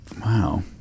Wow